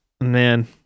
Man